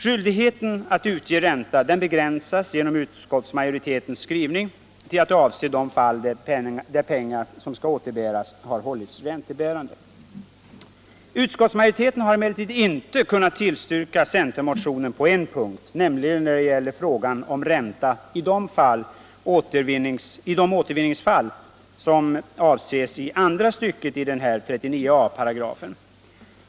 Skyldigheten att utbetala ränta begränsas genom utskottsmajoritetens skrivning till att avse de fall där pengar som skall återbäras har hållits räntebärande. Utskottsmajoriteten har emellertid inte kunnat tillstyrka centermotionen på en punkt, nämligen när det gäller frågan om ränta i de återvinningsfall som avses i andra stycket i 39 a §.